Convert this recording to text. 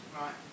Right